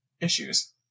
issues